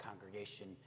congregation